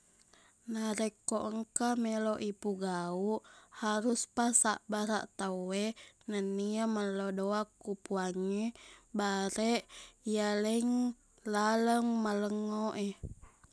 Narekko engka meloq ipugauq haruspa sabbaraq tauwe nenia mello doang ko puangnge bareq iyaleng laleng malengngoq e